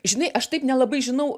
žinai aš taip nelabai žinau